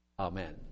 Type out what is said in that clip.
Amen